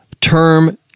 term